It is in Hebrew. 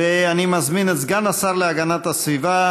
אני מזמין את סגן השר להגנת הסביבה,